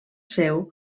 seu